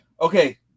okay